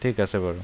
ঠিক আছে বাৰু